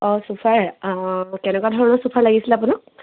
অঁ চোফা কেনেকুৱা ধৰণৰ চোফা লাগিছিলে আপোনাক